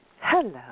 Hello